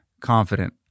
confident